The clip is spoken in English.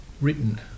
written